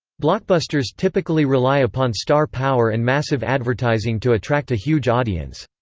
blockbusters typically rely upon star power and massive advertising to attract a huge audience.